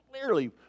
clearly